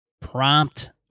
prompt